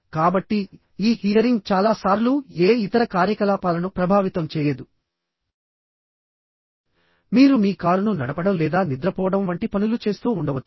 కాబట్టి ఈ హియరింగ్ చాలా సార్లు ఏ ఇతర కార్యకలాపాలను ప్రభావితం చేయదు మీరు మీ కారును నడపడం లేదా నిద్రపోవడం వంటి పనులు చేస్తూ ఉండవచ్చు